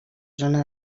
zona